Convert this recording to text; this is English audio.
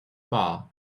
bar